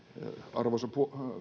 arvoisa puhemies